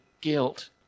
guilt